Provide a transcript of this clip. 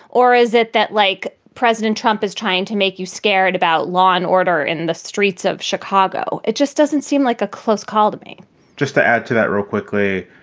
or is it that, like president trump is trying to make you scared about law and order in the streets of chicago? it just doesn't seem like a close call to me just to add to that real quickly.